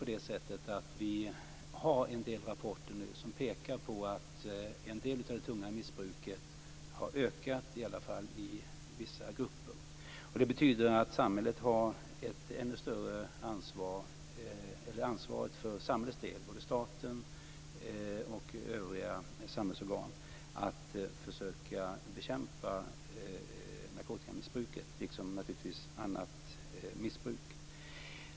Emellertid har vi nu en del rapporter som pekar på att en del av det tunga missbruket har ökat, i alla fall i vissa grupper. Det betyder att samhället, både staten och övriga samhällsorgan, har ett ännu större ansvar att försöka bekämpa narkotikamissbruket, liksom naturligtvis annat missbruk.